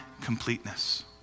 completeness